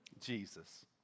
Jesus